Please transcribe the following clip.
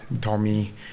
Tommy